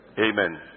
Amen